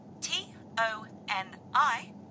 T-O-N-I